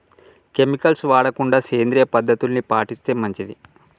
chemicals వాడకుండా సేంద్రియ పద్ధతుల్ని పాటిస్తే మంచిది